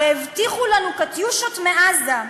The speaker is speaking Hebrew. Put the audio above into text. הרי הבטיחו לנו "קטיושות" מעזה.